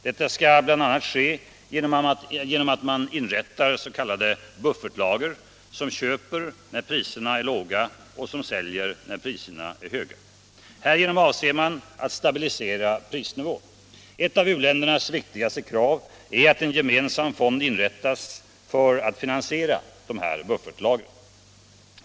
Detta skall bl.a. ske genom att man inrättar s.k. buffertlager, som köper när priserna är låga och säljer när priserna är höga. Härigenom avser man att stabilisera prisnivån. Ett av u-ländernas viktigaste krav är att en gemensam fond inrättas för att bl.a. finansiera dessa buffertlager.